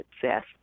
success